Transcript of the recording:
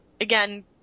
Again